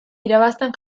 irabazten